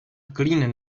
clean